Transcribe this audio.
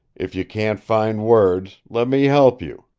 if you can't find words, let me help you,